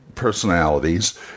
Personalities